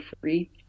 free